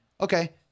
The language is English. okay